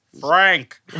Frank